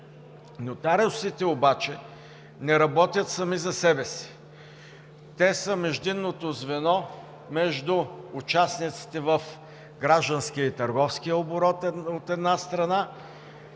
Нотариусите обаче не работят сами за себе си. Те са междинното звено между участниците в гражданския и търговския оборот, от една страна.